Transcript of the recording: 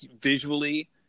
visually